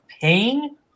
paying